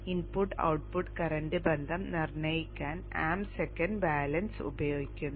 input output current ബന്ധം നിർണ്ണയിക്കാൻ amp second balance ഉപയോഗിക്കുന്നു